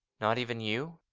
not even you?